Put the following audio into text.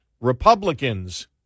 Republicans